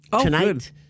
tonight